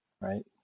Right